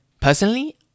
Personally